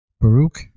Baruch